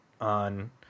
on